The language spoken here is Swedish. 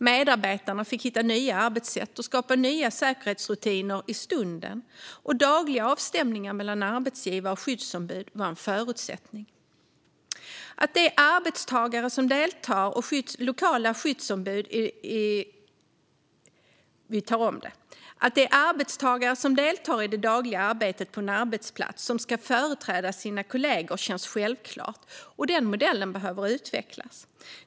Medarbetarna fick hitta nya arbetssätt och skapa egna säkerhetsrutiner i stunden, och dagliga avstämningar mellan arbetsgivare och skyddsombuden var en förutsättning. Att det är arbetstagare som deltar i det dagliga arbetet på en arbetsplats som ska företräda sina kollegor känns självklart, och den modellen behöver utvecklas.